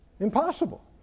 Impossible